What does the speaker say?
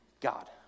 God